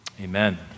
Amen